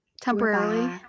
temporarily